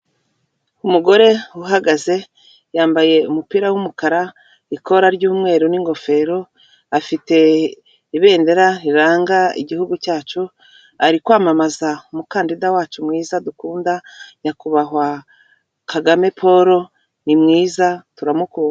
Umugore uhagaze yambaye umupira w'umukara ikora ry'umweru n'ingofero, afite ibendera riranga igihugu cyacu, ari kwamamaza umukandida wacu mwiza dukunda, nyakubahwa Kagame Paul, ni mwiza turamukunda.